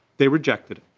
they rejected